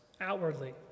outwardly